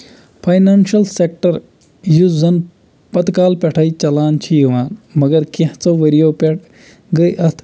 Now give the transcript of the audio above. financial sector یُس زَن پَتہٕ کالہٕ پٮ۪ٹھے چلان چھُ یِوان مگر کیٚنٛژھو ؤرۍیو پٮ۪ٹھ۪ گٔے اَتھ